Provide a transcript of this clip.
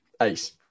Ace